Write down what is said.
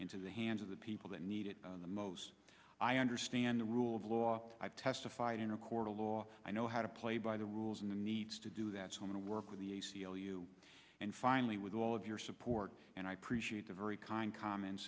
into the hands of the people that need it the most i understand the rule of law i've testified in a court of law i know how to play by the rules and needs to do that so in a work with the a c l u and finally with all of your support and i appreciate the very kind comments